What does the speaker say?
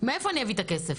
מאיפה אני אביא את הכסף?